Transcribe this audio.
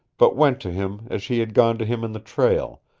but went to him as she had gone to him in the trail,